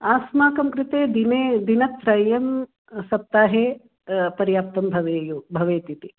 अस्माकं कृते दिने दिनत्रयं सप्ताहे पर्याप्तं भवेयुः भवेत् इति